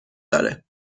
داره